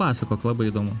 pasakok labai įdomu